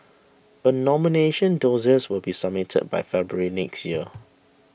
a nomination dossiers will be submitted by February next year